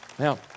Now